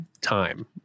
time